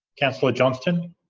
councillor johnston